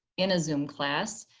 in a zoom class.